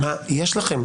מה יש לכם?